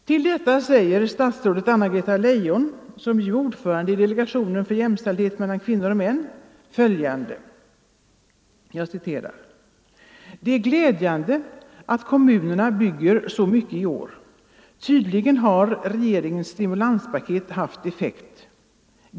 Till detta säger statsrådet Anna-Greta Leijon, som är ordförande i delegationen för jämställdhet mellan män och kvinnor, följande: ”Det är glädjande att kommunerna bygger så mycket i år. Tydligen har regeringens stimulanspaket haft effekt.